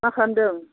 मा खालामदों